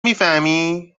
میفهمی